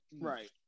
Right